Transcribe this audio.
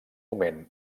moment